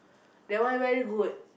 that one very good